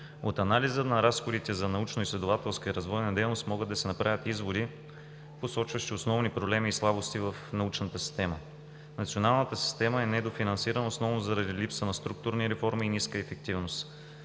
От анализа на разходите за научно-изследователска и развойна дейност могат да се направят изводи, посочващи основни проблеми и слабости в научната система. Националната система е недофинансирана, основно заради липса на структурни реформи и ниска ефективност.